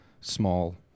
small